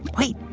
wait.